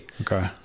Okay